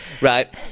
Right